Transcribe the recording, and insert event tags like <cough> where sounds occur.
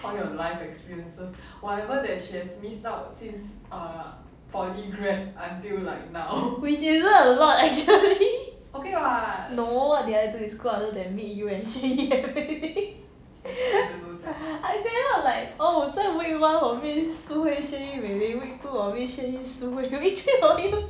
which isn't a lot actually <laughs> no what did I do in school other than meet you and shin yi everyday <laughs> I cannot like oh 在 week one 我 meet shu hui shin yi vivi week two 我 meet shin yi shu hui then week three 我 meet